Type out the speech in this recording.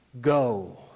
go